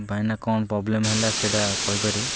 ଭାଇନା କ'ଣ ପ୍ରବ୍ଲେମ୍ ହେଲା ସେଇଟା କହିପାରି